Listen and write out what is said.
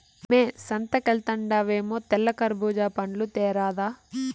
మ్మే సంతకెల్తండావేమో తెల్ల కర్బూజా పండ్లు తేరాదా